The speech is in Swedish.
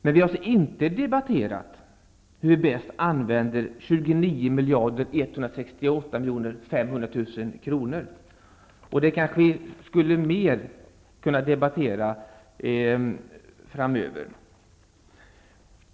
Men vi har inte debatterat hur vi bäst använder 29 168 500 000 kr. Det kanske vi borde debattera mer framöver.